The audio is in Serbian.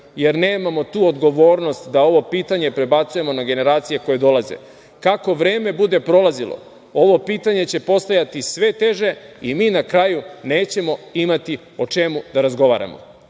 jer nemamo tu odgovornost da ovo pitanje prebacujemo na generacije koje dolaze. Kako vreme bude prolazilo, ovo pitanje će postajati sve teže i mi na kraju nećemo imati o čemu da razgovaramo.